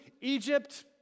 Egypt